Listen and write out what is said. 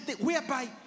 whereby